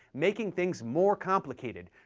making things more complicated,